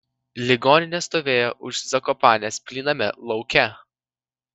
ligoninė stovėjo už zakopanės plyname lauke